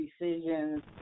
decisions